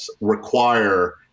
require